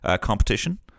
competition